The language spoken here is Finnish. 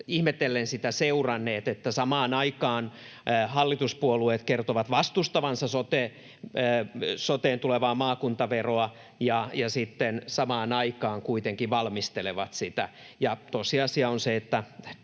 ihmetellen sitä seuranneet, että samaan aikaan hallituspuolueet kertovat vastustavansa soteen tulevaa maakuntaveroa ja sitten samaan aikaan kuitenkin valmistelevat sitä. Ja tosiasia on se, että